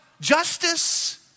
justice